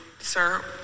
sir